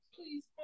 Please